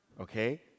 okay